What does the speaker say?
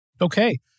Okay